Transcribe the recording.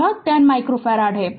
यह 10 micro farad है